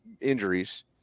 injuries